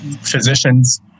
physicians